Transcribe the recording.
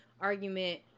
argument